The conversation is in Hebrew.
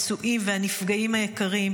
הפצועים והנפגעים היקרים.